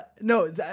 No